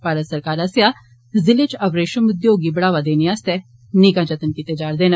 भारत सरकार आस्सेआ जिले च अवरेशम उद्योग गी बढ़ावा देने आस्तै नेकां जतन कीते गे न